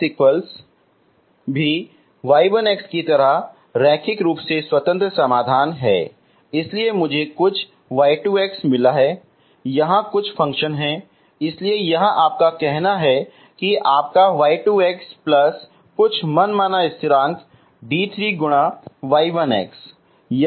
y1 ¿ भी y1 की तरह रैखिक रूप से स्वतंत्र समाधान है इसलिए मुझे कुछ y2 मिला है यहां कुछ फ़ंक्शन है इसलिए यह आपका कहना है कि आपका y2 प्लस कुछ मनमाना स्थिरांक d3 गुना y1